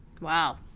Wow